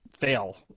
fail